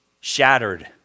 shattered